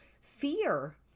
fear